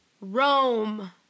Rome